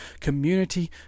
community